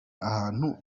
ahantu